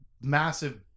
massive